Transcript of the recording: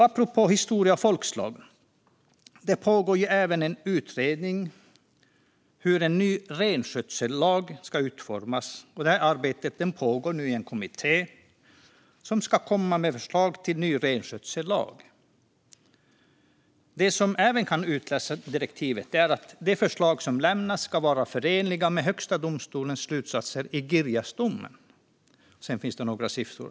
Apropå historia och folkslag pågår nu även en utredning av hur en ny renskötsellag ska utformas. Detta arbete pågår i en kommitté som ska komma med förslag till en ny renskötsellag. Det som kan utläsas i direktivet är att de förslag som lämnas ska vara förenliga med Högsta domstolens slutsatser i Girjasdomen, och sedan står det några siffror.